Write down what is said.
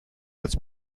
als